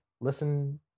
Listen